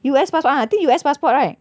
U_S passport ah I think U_S passport right